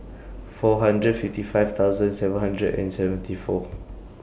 four hundred fifty five thousand seven hundred and seventy four